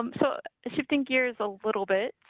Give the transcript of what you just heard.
um so shifting gears a little bit.